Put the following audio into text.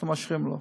אנחנו מאשרים לו.